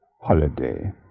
holiday